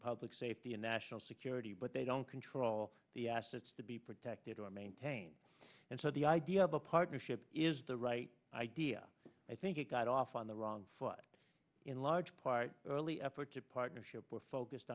public safety and national security but they don't for all the assets to be protected or maintain and so the idea of a partnership is the right idea i think it got off on the wrong foot in large part early efforts at partnership were focused